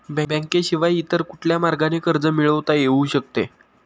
बँकेशिवाय इतर कुठल्या मार्गाने कर्ज मिळविता येऊ शकते का?